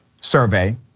survey